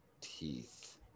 Teeth